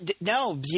No